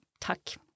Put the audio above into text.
tack